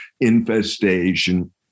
infestation